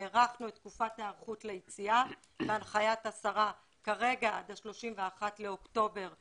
הארכנו את תקופת היערכות ליציאה בהנחיית השרה כרגע ב-31 לאוקטובר 2020,